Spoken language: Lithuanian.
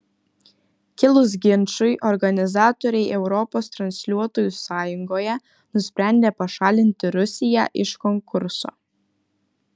kilus ginčui organizatoriai europos transliuotojų sąjungoje nusprendė pašalinti rusiją iš konkurso